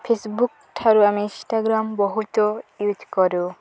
ଫେସବୁକ୍ଠାରୁ ଆମେ ଇନ୍ଷ୍ଟାଗ୍ରାମ୍ ବହୁତ ୟୁଜ୍ କରୁ